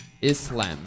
Islam